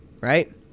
right